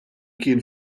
kien